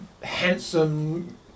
handsome